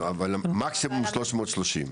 אבל מקסימום 330?